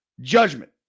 judgment